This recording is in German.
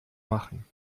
machen